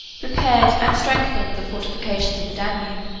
repaired and strengthened the fortifications of the danube,